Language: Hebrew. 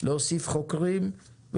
להוסיף חוקרים,